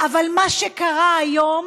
אבל מה שקרה היום